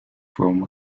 from